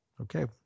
Okay